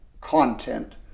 content